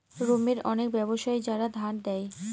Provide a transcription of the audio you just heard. রোমের অনেক ব্যাবসায়ী যারা ধার দেয়